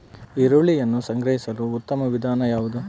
ಈರುಳ್ಳಿಯನ್ನು ಸಂಗ್ರಹಿಸಲು ಉತ್ತಮ ವಿಧಾನ ಯಾವುದು?